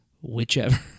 whichever